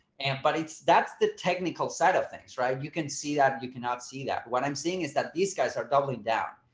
and but it's that's the technical side of things right? you can see that you cannot see that what i'm seeing is that these guys are doubling down.